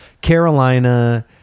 Carolina